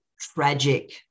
tragic